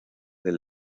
del